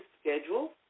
schedule